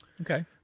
Okay